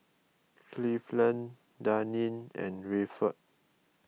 Cleveland Daneen and Rayford